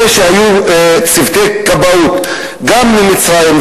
זה שהיו צוותי כבאות גם ממצרים,